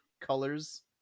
colors